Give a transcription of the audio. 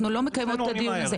אנחנו לא מקיימות את הדיון הזה,